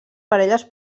parelles